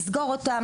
לסגור אותם,